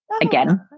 Again